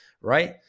right